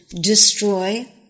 destroy